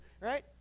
Right